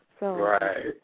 Right